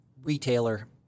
retailer